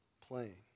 playing